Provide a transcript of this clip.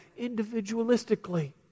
individualistically